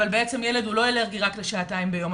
אבל למעשה ילד הוא לא אלרגי רק לשעתיים ביום.